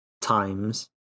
times